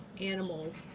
animals